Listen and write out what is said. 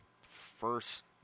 first